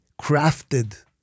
crafted